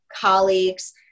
colleagues